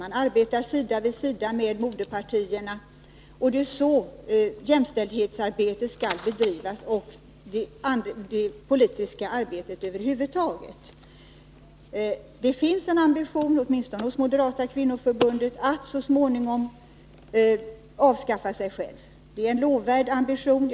Man arbetar där sida vid sida med moderpartierna, och det är så jämställdhetsarbetet skall bedrivas, liksom det politiska arbetet över huvud taget. Det finns en ambition, åtminstone hos Moderata kvinnoförbundet, att så småningom avskaffa sig självt. Det är en lovvärd ambition.